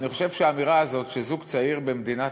אני חושב שהאמירה הזאת שזוג צעיר במדינת